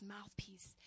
mouthpiece